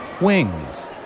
wings